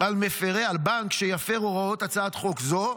על בנק שיפר הוראות הצעת חוק זו,